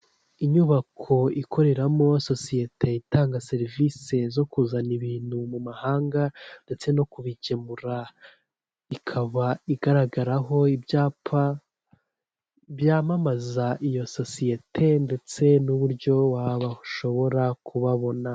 Inyubako ikoreramo sosiyete itanga serivisi zo kuzana ibintu mu mahanga ndetse no kubigemura, ikaba igaragaraho ibyapa byamamaza iyo sosiyete ndetse n'uburyo washobora kubabona.